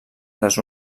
les